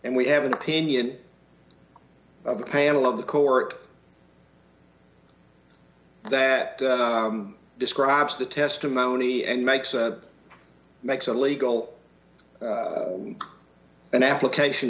and we have an opinion of the panel of the court that describes the testimony and makes a makes a legal an application